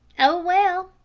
oh, well,